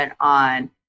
on